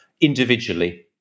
individually